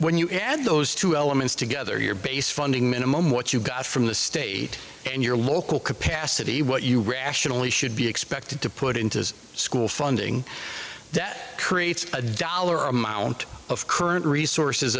when you add those two elements together your base funding minimum what you got from the state and your local capacity what you rationally should be expected to put into the school funding that creates a dollar amount of current resources